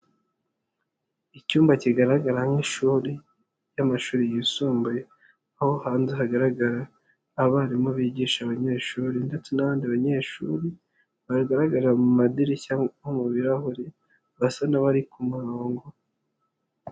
lcyumba kigaragara nk'ishuri ry'amashuri yisumbuye, aho hanze hagaragara abarimu bigisha abanyeshuri ndetse n'abandi banyeshuri ,bagaragarira mu madirishya nko mu birahure basa n'abari ku murongo.